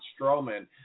Strowman